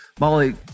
Molly